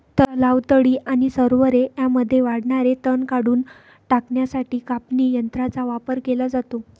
तलाव, तळी आणि सरोवरे यांमध्ये वाढणारे तण काढून टाकण्यासाठी कापणी यंत्रांचा वापर केला जातो